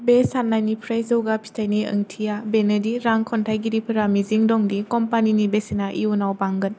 बे साननायनिफ्राय जौगा फिथाइनि ओंथिया बेनोदि रां खाथायगिरिफोरा मिजिं दं दि कम्पानिनि बेसेना इयुनाव बांगोन